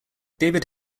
david